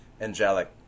angelic